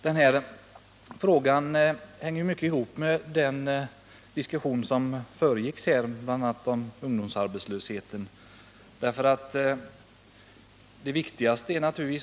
Denna fråga sammanhänger mycket nära med den närmast föregående, som gällde ungdomsarbetslösheten.